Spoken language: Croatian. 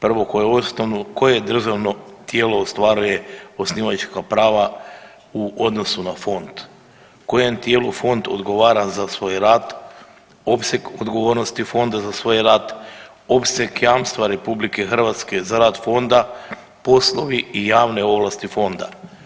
Prvo koje je osnovno, koje državno tijelo ostvaruje osnivačka prava u odnosu na Fond, kojem tijelu Fond odgovara za svoj rad, opseg odgovornosti Fonda za svoj rad, opseg jamstva RH za rad Fonda, poslovi i javne ovlasti Fonda.